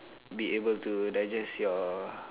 be able to digest your